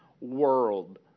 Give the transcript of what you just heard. world